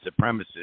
supremacists